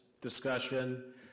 discussion